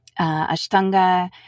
ashtanga